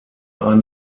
ein